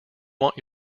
want